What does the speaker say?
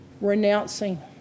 Renouncing